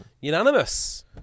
Unanimous